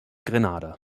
grenada